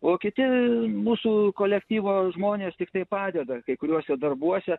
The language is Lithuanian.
o kiti mūsų kolektyvo žmonės tiktai padeda kai kuriuose darbuose